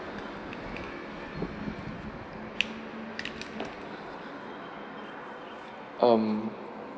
um